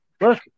look